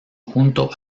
junto